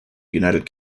united